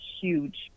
huge